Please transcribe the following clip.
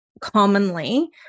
commonly